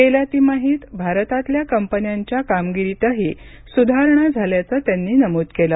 गेल्या तिमाहीत भारतातल्या कंपन्यांच्या कामगिरीतही सुधारणा झाल्याचं त्यांनी नमूद केलं